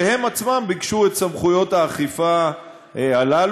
שהן עצמן ביקשו את סמכויות האכיפה האלה,